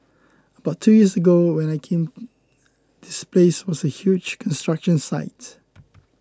but two years ago when I came this place was a huge construction site